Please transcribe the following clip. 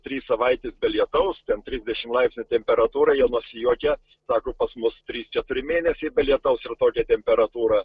trys savaitės be lietaus ten trisdešim laipsnių temperatūra jie nusijuokia sako pas mus trys keturi mėnesiai be lietaus ir tokia temperatūra